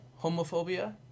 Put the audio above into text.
homophobia